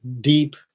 deep